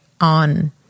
on